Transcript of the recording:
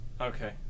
Okay